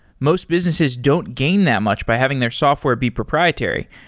most businesses don't gain that much by having their software be proprietary.